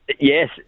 Yes